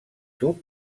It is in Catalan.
tub